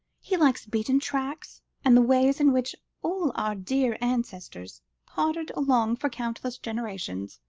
he likes beaten tracks, and the ways in which all our dear ancestors pottered along for countless generations.